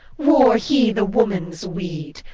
wore he the woman's weed?